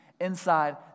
inside